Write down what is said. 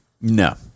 No